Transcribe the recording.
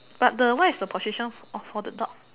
but the what is the position for for the dog